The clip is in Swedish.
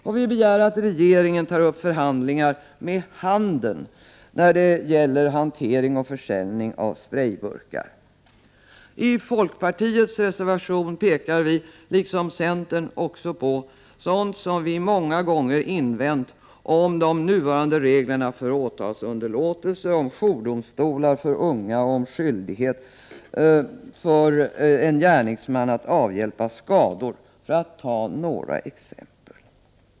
Och vi begär att regeringen tar upp förhandlingar med handeln när det gäller hantering och försäljning av sprayburkar. I folkpartiets reservation pekar vi, liksom centern, också på sådant som vi många gånger tagit upp — om de nuvarande reglerna för åtalsunderlåtelse, om jourdomstolar för unga och om skyldighet för en gärningsman att avhjälpa skador, för att ta några exempel.